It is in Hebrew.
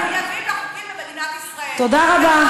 החוקים במדינת ישראל, תודה רבה.